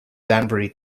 danbury